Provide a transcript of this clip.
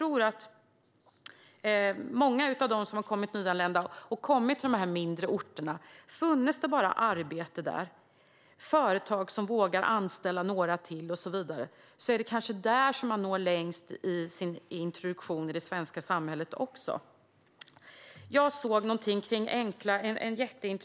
Om det bara fanns arbete och företag som vågar anställa några till på de mindre orter dit de nyanlända kommer skulle man kunna nå långt i introduktionen till det svenska samhället.